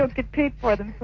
um get paid for them